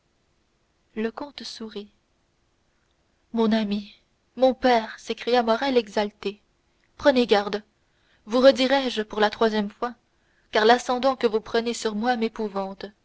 le comte sourit mon ami mon père s'écria morrel exalté prenez garde vous redirai je pour la troisième fois car l'ascendant que vous prenez sur moi m'épouvante